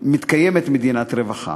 מדינת רווחה.